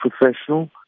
professional